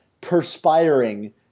perspiring